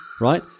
right